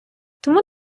тому